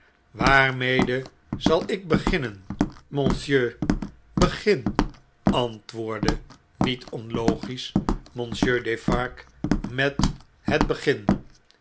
waarmede zal ik beginnen monsieur begin antwoordde niet onlogisch monsieur defarge met het begin